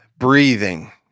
Breathing